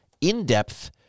in-depth